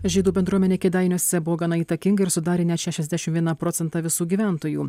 žydų bendruomenė kėdainiuose buvo gana įtakinga ir sudarė net šešiasdešim vieną procentą visų gyventojų